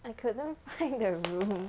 I couldn't find the room